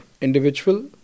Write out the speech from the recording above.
individual